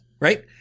right